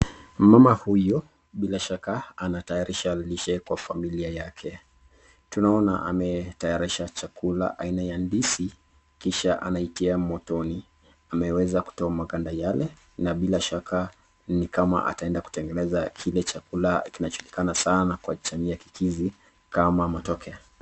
Mama huyu bila shaka anatayarisha lishe kwa familia yake, tunaona ametayarisha chakula aina ya ndizi kisha anaitia motoni, amewwza kutoa maganda yale na bila shaka ni kama ataenda kutengeneza kile chakula kinajulikana sana kwa jamii ya kikisii kama matoke.